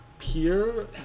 Peer